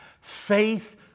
Faith